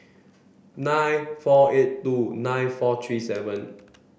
nine four eight two nine four three seven